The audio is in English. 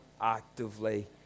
actively